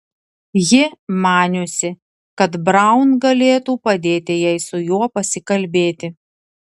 ji maniusi kad braun galėtų padėti jai su juo pasikalbėti